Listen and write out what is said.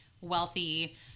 wealthy